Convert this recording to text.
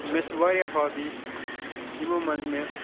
مےٚ چھِ واریاہ ہابی یِمو منٛزٕ مےٚ